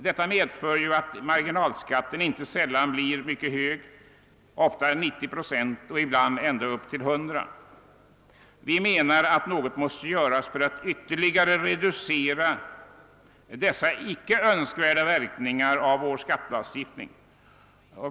Det innebär att marginalskatten inte sällan blir mycket hög, ofta 90-procentig och ibland ända upp till 100-procentig. Vi menar att något måste göras för att ytterligare reducera dessa icke önskvärda verkningar av vår skattelagstiftning.